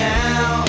now